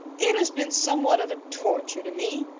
it has been somewhat of a torture to me,